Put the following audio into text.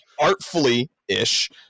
artfully-ish